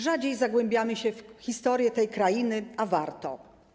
Rzadziej zagłębiamy się w historię tej krainy, a warto.